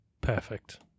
perfect